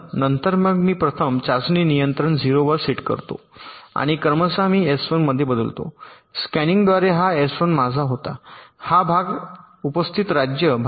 तर मग मी प्रथम चाचणी नियंत्रण 0 वर सेट करते आणि क्रमशः मी S1 मध्ये बदलतो स्कॅनिनद्वारे हा एस 1 माझा होता हा भाग उपस्थित राज्य भाग